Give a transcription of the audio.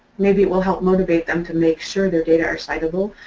maybe it will help motivate them to make sure their data are citable.